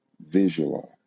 visualize